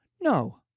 No